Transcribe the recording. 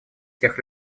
тех